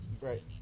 Right